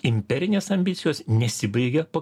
imperinės ambicijos nesibaigia po